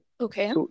okay